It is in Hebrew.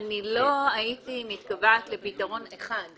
לא הייתי מתקבעת על פתרון אחד.